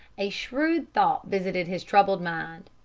a shrewd thought visited his troubled mind.